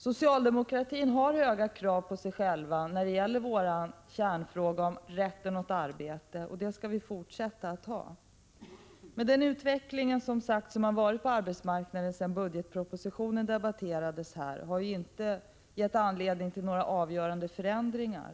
Socialdemokratin har höga krav på sig själv när det gäller vår kärnfråga om rätten till arbete åt alla, och det skall vi fortsätta att ha. Men utvecklingen på arbetsmarknaden sedan budgetpropositionen debatterades här har ju som sagt inte gett anledning till förslag till några avgörande förändringar.